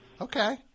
Okay